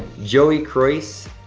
joey croyce,